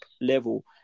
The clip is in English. level